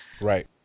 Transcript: Right